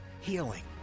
healing